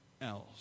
else